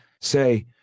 say